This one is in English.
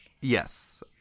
Yes